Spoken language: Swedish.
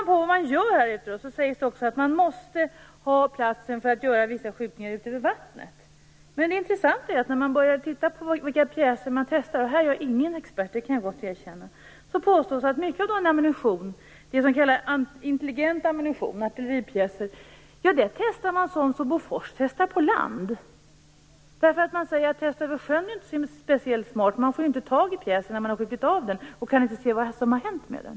Det sägs också att man måste ha tillgång till platsen för att göra vissa skjutningar över vattnet. Men när man börjar se på vilka pjäser som testas - jag kan gott erkänna att jag inte är någon expert - framgår att mycket av den s.k. intelligenta ammunition i artilleripjäser som testas här, testas på land av Bofors. Därifrån sägs att det inte är särskilt smart att testa över sjön. Man får då inte tag i pjäsen sedan den har skjutits av, och man kan inte se vad som har hänt med den.